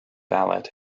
ballot